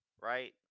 right